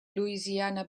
louisiana